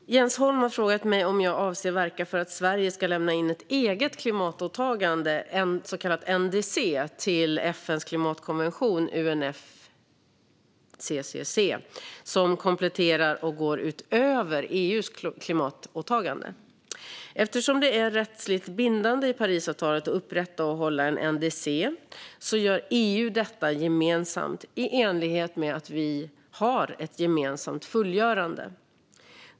Fru talman! Jens Holm har frågat mig om jag avser att verka för att Sverige ska lämna in ett eget klimatåtagande, en så kallad NDC, till FN:s klimatkonvention UNFCCC som kompletterar och går utöver EU:s klimatåtagande. Svar på interpellationer Eftersom det är rättsligt bindande i Parisavtalet att upprätta och hålla en NDC gör EU detta gemensamt i enlighet med att vi har ett gemensamt fullgörande.